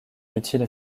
utile